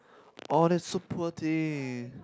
oh that's so poor thing